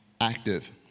active